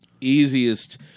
easiest